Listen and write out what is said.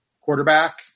quarterback